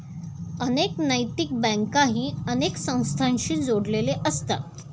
अनेक नैतिक बँकाही अनेक संस्थांशी जोडलेले असतात